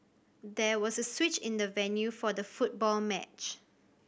there was a switch in the venue for the football match